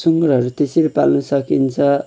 सुँगुरहरू त्यसरी पाल्न सकिन्छ